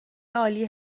عالی